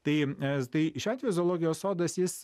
tai e tai šiuo atveju zoologijos sodas jis